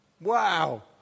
Wow